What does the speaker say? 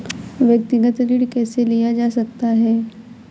व्यक्तिगत ऋण कैसे लिया जा सकता है?